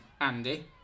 Andy